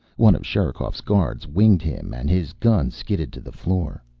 one of sherikov's guards winged him and his gun skidded to the floor.